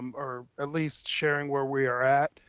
um or at least sharing where we are at.